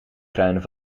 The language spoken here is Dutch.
kruinen